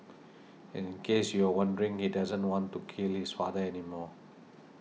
and in case you were wondering he doesn't want to kill his father anymore